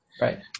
Right